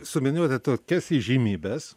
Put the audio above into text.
suminėjote tokias įžymybes